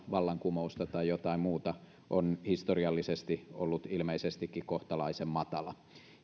vallankumousta tai jotain muuta sellaista on historiallisesti ollut ilmeisestikin kohtalaisen matala